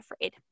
afraid